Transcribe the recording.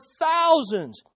thousands